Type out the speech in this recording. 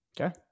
Okay